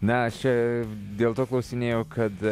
mes čia dėl to klausinėju kad